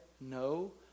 no